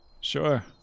sure